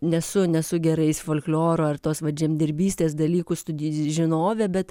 nesu nesu gerais folkloro ar tos vat žemdirbystės dalykų studi žinovė bet